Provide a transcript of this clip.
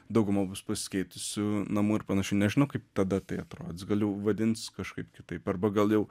dauguma bus pasikeitusių namų ir panašiai nežinau kaip tada tai atrodys gal jau vadins kažkaip kitaip arba gal jau